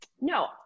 No